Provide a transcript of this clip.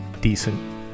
decent